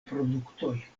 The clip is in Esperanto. produktoj